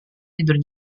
tidur